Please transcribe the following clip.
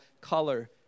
color